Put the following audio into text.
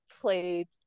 played